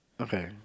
Okay